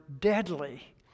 deadly